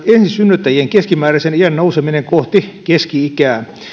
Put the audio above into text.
ensisynnyttäjien keskimääräisen iän nouseminen kohti keski ikää